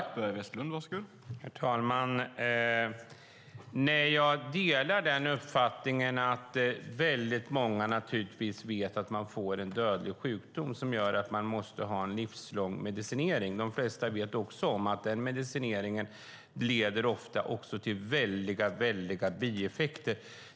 Herr talman! Jag delar den uppfattningen att väldigt många naturligtvis vet att man kan få en dödlig sjukdom som gör att man måste ha en livslång medicinering. De flesta vet också att den medicineringen ofta får väldiga bieffekter.